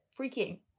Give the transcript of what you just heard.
freaking